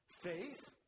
faith